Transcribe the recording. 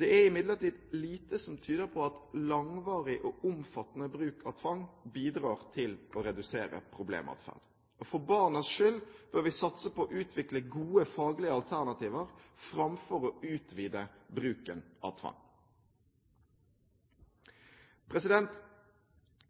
Det er imidlertid lite som tyder på at langvarig og omfattende bruk av tvang bidrar til å redusere problematferd. For barnas skyld bør vi satse på å utvikle gode faglige alternativer framfor å utvide bruken av tvang.